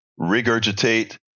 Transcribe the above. Regurgitate